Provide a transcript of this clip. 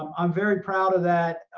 i'm very proud of that.